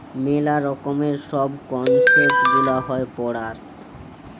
মেলা রকমের সব কনসেপ্ট গুলা হয় পড়ার